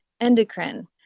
endocrine